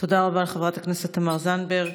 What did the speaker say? תודה רבה לחברת הכנסת תמר זנדברג.